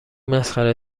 مسخره